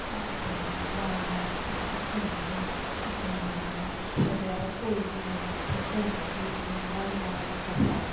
ꯑꯩꯈꯣꯏꯒꯤ ꯋꯥ ꯃꯔꯛꯇ ꯍꯥꯞꯆꯤꯜꯂꯒ ꯑꯩꯈꯣꯏꯅ ꯌꯥꯝꯅ ꯐꯖꯔꯕꯣꯏ ꯅꯤꯡꯗꯅ ꯊꯦꯠꯆꯤꯟꯕꯁꯤꯅ ꯕꯦꯚꯥꯔ ꯌꯥꯎꯔꯛꯇꯕ